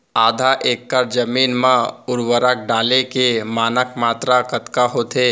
आधा एकड़ जमीन मा उर्वरक डाले के मानक मात्रा कतका होथे?